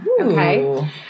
Okay